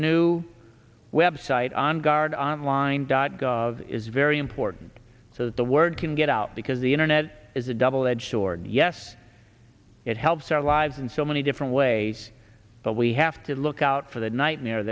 new website on guard online dot gov is very important so that the word can get out because the internet is a double edged sword yes it helps our lives in so many different ways but we have to look out for the nightmare